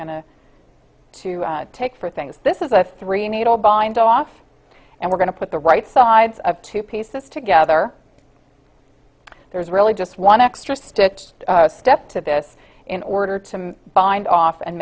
going to to take for things this is a three needle bindoff and we're going to put the right sides of two pieces together there's really just one extra stitched step to this in order to bind off and